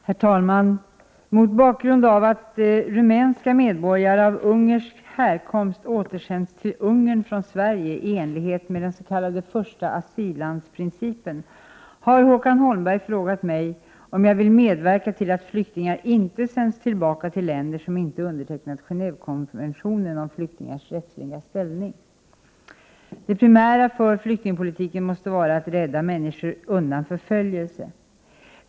Herr talman! Mot bakgrund av att rumänska medborgare av ungersk härkomst återsänds till Ungern från Sverige i enlighet med den s.k. första asyllandsprincipen, har Håkan Holmberg frågat mig om jag vill medverka till att flyktingar inte sänds tillbaka till länder som inte undertecknat Genevekonventionen om flyktingars rättsliga ställning. Det primära för flyktingpolitiken måste vara att rädda människor undan förföljelse.